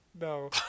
No